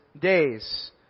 days